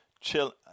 Chill